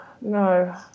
no